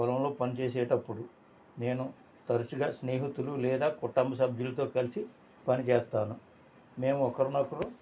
పొలంలో పనిచేసేటప్పుడు నేను తరచుగా స్నేహితులు లేదా కుటుంబ సభ్యులతో కలిసి పని చేస్తాను మేము ఒకరిని ఒకరం